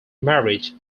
marriage